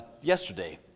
yesterday